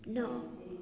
न